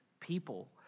people